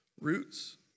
Roots